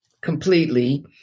completely